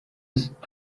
ist